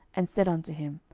and said unto him,